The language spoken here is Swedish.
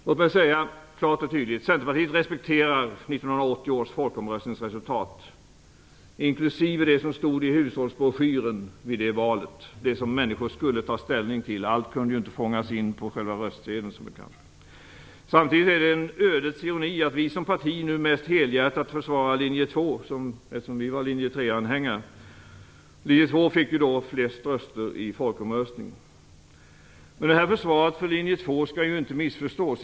Låt mig klart och tydligt säga att Centerpartiet respekterar 1980 års folkomröstningsresultat, inklusive det som stod i hushållsbroschyren inför valet - det som människor skulle ta ställning till, och allt kunde ju inte fångas in på själva röstsedeln, som bekant. Samtidigt är det en ödets ironi att vi som parti nu mest helhjärtat försvarar linje 2, eftersom vi var linje 3 anhängare. Linje 2 fick ju då flest röster i folkomröstningen. Men det här försvaret för linje 2 skall ju inte missförstås.